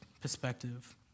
perspective